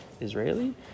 Israeli